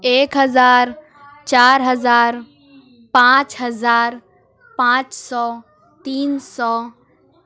ایک ہزار چار ہزار پانچ ہزار پانچ سو تین سو